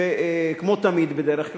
כמו תמיד, בדרך כלל,